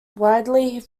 widely